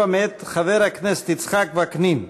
77 מאת חבר הכנסת יצחק וקנין.